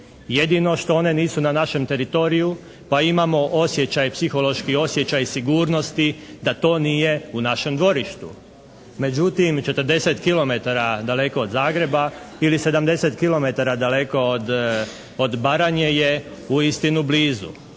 Jedino što one nisu na našem teritoriju pa imamo osjećaj, psihološki osjećaj sigurnosti da to nije u našem dvorištu. Međutim, 40 kilometara daleko od Zagreba ili 70 kilometara daleko od Baranje je uistinu blizu.